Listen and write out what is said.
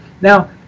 Now